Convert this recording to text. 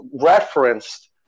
referenced